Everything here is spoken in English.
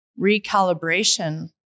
recalibration